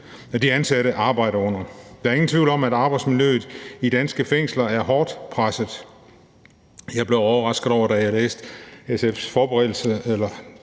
de ansatte arbejder under. Der er ingen tvivl om, at arbejdsmiljøet i danske fængsler er hårdt presset. Da jeg under forberedelserne læste SF's bemærkninger